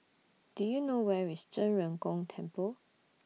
Do YOU know Where IS Zhen Ren Gong Temple